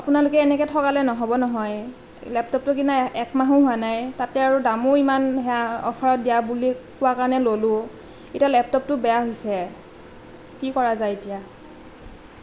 আপোনালোকে এনেকৈ ঠগালে নহ'ব নহয় লেপটপটো কিনা এক মাহো হোৱা নাই তাতে দামো ইমান সেয়া অফাৰত দিয়া বুলি কোৱাৰ কাৰণে ললোঁ এতিয়া লেপটপটো বেয়া হৈছে কি কৰা যায় এতিয়া